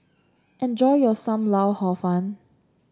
enjoy your Sam Lau Hor Fun